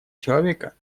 человека